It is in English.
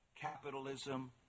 capitalism